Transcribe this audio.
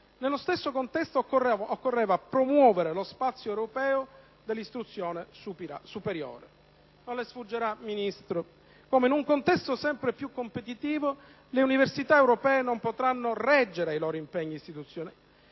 Nello stesso contesto occorreva promuovere lo spazio europeo dell'istruzione superiore. Non le sfuggirà, signora Ministro, come in un contesto sempre più competitivo le università europee non potranno reggere i loro impegni istituzionali